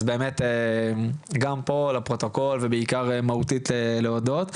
אז באמת גם פה, לפרוטוקול, ובעיקר מהותית להודות.